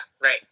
right